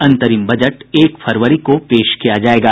अंतरिम बजट एक फरवरी को पेश किया जायेगा